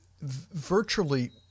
virtually